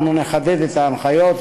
אנחנו נחדד את ההנחיות,